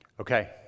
Okay